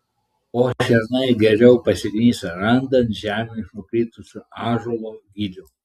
o šernai geriau pasiknisę randa ant žemės nukritusių ąžuolo gilių